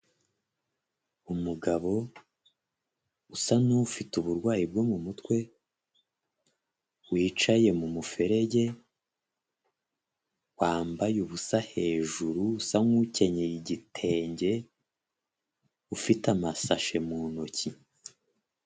Umugabo usa n'ufite uburwayi bwo mu mutwe, wicaye mu muferege, wambaye ubusa hejuru usa n'ukenyeye igitenge ufite amasashe mu ntoki.